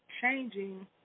changing